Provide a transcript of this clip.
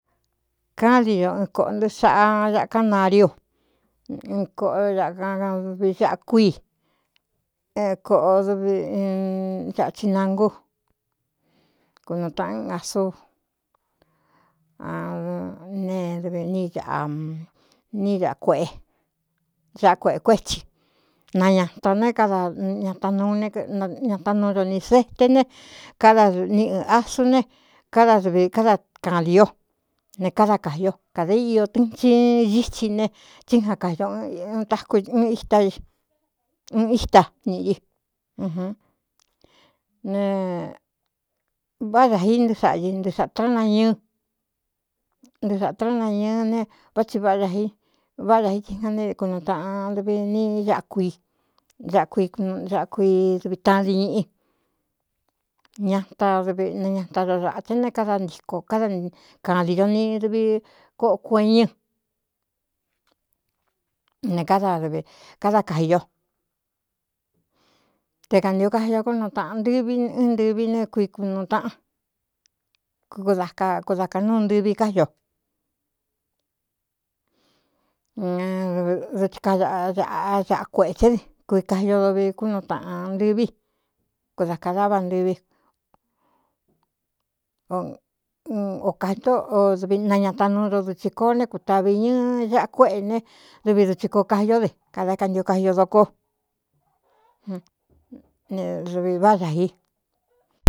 Kádi do ɨn kōꞌo ntɨɨ xaꞌa daꞌkáꞌn nariu kōꞌo akadvi ákú i koꞌo dvaꞌchi nangú kunutaꞌan asu a ne dv n ꞌa nꞌkuꞌáꞌa kuꞌe kuétsi nañata ne áda ñaanuñata nuu do ni ze te ne káda ni ɨ asu ne káda dɨvi káda kādī o ne káda kāji o kādā íō tɨn chin ñítsi ne tsí ja kai do taku ɨn íta n íta niꞌi ɨ n ne váꞌá da i ntɨ saꞌa ɨ nɨɨ sātrá ñɨɨntɨ sātrá nañɨɨ ne vá tsi váꞌá da i váꞌá da i tsi ja nekunu taꞌan dvi ni áꞌku i aꞌkui akui dvi tadiñiꞌi ñatadvi nañata do dāꞌa te ne káda ntiko káda kādi ño ni dvi koꞌo kueñɨ́ ne káda dvi káda kāji o te kantio kaji o kó nuu taꞌan ntɨvi ɨn ntɨvi ne kui knu taꞌan kku da akuda ka núu ntɨvi káiño dɨɨtsikaaꞌaꞌa aꞌa kuēꞌētsé dɨ kuikaio dovi kúnu taꞌan ntɨví ku da ka dá váꞌ ntɨví o kāóovnañata nuu do dutsī koo né kuta vi ñɨɨ aꞌa kuéꞌe ne duvi dutsi koo kaió dɨ kada kantio kai o dokó ne dvi váꞌá dā i.